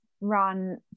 run